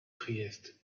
trieste